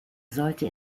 sollte